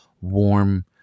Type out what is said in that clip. warm